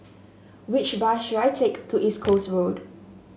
which bus should I take to East Coast Road